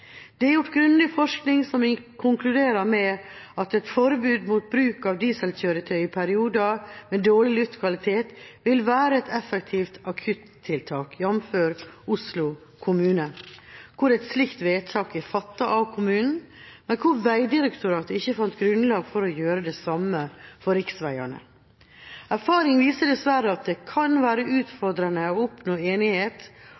Det er gjort grundig forskning som konkluderer med at et forbud mot bruk av dieselkjøretøy i perioder med dårlig luftkvalitet vil være et effektivt akuttiltak, jf. Oslo kommune, hvor et slikt vedtak er fattet av kommunen, men hvor Vegdirektoratet ikke fant grunnlag for å gjøre det samme for riksveiene. Erfaring viser dessverre at det kan være utfordrende å oppnå enighet